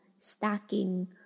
stacking